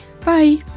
bye